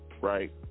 right